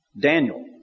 Daniel